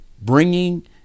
bringing